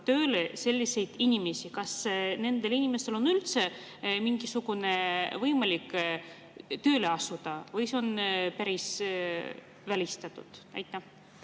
tööle võtta. Kas nendel inimestel on üldse mingisugune võimalus tööle asuda või see on päris välistatud? Aitäh,